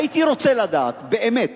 הייתי רוצה לדעת באמת